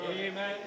Amen